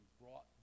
brought